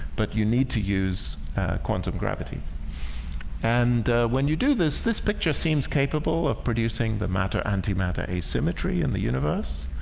but you need to use quantum gravity and when you do this this picture seems capable of producing the matter antimatter asymmetry in the universe